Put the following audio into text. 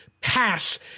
pass